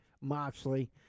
Moxley